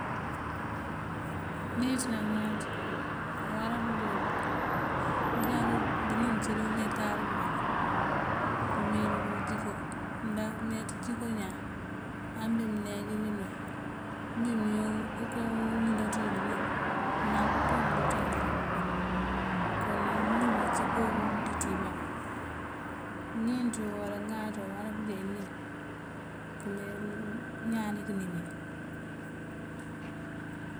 Níinţ ná ŋáaţ awará pëjá pëjakú bënim ací dí umetáari bukal bëmeyëlër ngëjíko. Ndah mëmeeţ jiko ñaan ambi mëneej dínul abi mënwín uko uliláaţú wí dí nul këŋal pëpën mëndúuţa këyëlan pëpën. Kon nak bënim ací ko undíiţ wí mak. Níinţo wala ŋáaţo wará pëjá inim këme ñaan kënimí.